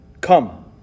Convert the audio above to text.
come